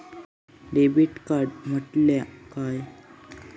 Debit card म्हटल्या काय?